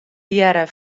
hearre